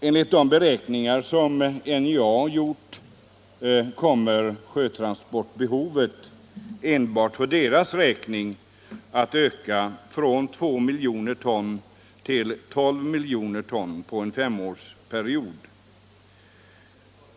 Enligt de beräkningar som NJA har gjort kommer sjötransportbehovet enbart för dess räkning att öka från 2 miljoner ton till 12 miljoner ton på en femårsperiod.